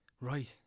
right